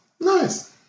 nice